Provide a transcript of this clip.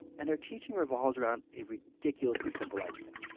and her teaching revolves around a ridiculously simple idea,